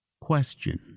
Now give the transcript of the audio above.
question